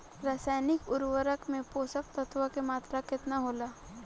रसायनिक उर्वरक मे पोषक तत्व के मात्रा केतना होला?